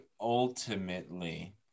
ultimately